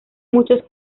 muchos